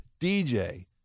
DJ